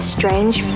Strange